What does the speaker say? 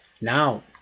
Now